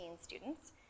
students